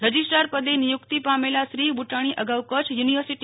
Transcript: registrar પદે નિયુક્તિ પામેલા શ્રી બુટાણી અગાઉ કચ્છ યુનિ